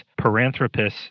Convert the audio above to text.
Paranthropus